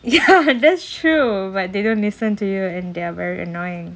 ya that's true but they don't listen to you and they are very annoying